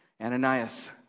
Ananias